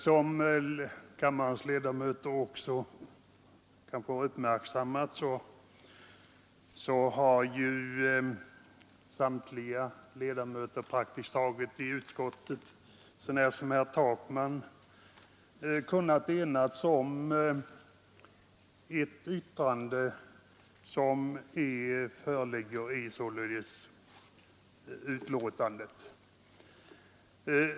Som kammarens ledamöter kanske också uppmärksammat har praktiskt taget samtliga ledamöter i utskottet — alla så när som herr Takman — kunnat enas om det yttrande som föreligger i betänkandet.